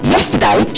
Yesterday